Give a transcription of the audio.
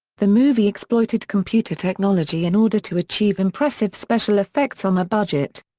the movie exploited computer technology in order to achieve impressive special effects on a budget.